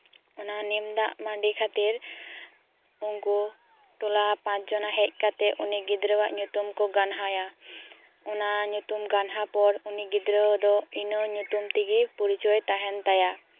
ᱚᱱᱟ ᱱᱤᱢ ᱫᱟᱜ ᱢᱟᱺᱰᱤ ᱠᱷᱟᱹᱛᱤᱨ ᱩᱱᱠᱩ ᱴᱚᱞᱟ ᱯᱟᱸᱪᱡᱚᱱᱟ ᱦᱮᱡ ᱠᱟᱛᱮᱫ ᱩᱱᱤ ᱜᱤᱫᱽᱨᱟᱹᱣᱟᱜ ᱧᱩᱛᱩᱢ ᱠᱯ ᱜᱟᱱᱦᱟᱭᱟ ᱚᱱᱟ ᱧᱩᱛᱩᱢ ᱜᱟᱱᱦᱟᱯᱚᱨ ᱩᱱᱤ ᱜᱤᱫᱽᱨᱟᱹ ᱫᱚ ᱤᱱᱟᱹ ᱧᱩᱛᱩᱢ ᱛᱮᱜᱮ ᱯᱚᱨᱤᱪᱚᱭ ᱛᱟᱦᱮᱱ ᱛᱟᱭᱟ